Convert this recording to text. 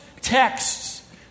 texts